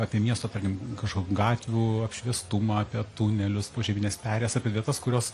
apie miesto tarkim kažko gatvių apšviestumą apie tunelius požemines perėjas apie vietas kurios